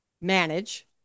manage